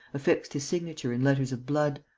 affixed his signature in letters of blood.